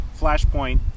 Flashpoint